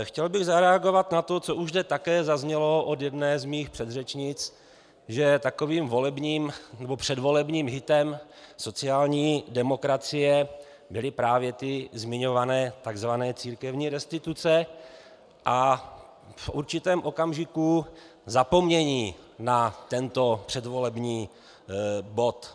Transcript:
Chtěl bych zareagovat na to, co už zde také zaznělo od jedné z mých předřečnic, že takovým předvolebním hitem sociální demokracie byly právě ty zmiňované takzvané církevní restituce, a v určitém okamžiku zapomnění na tento předvolební bod.